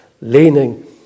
leaning